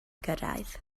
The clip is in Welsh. gyrraedd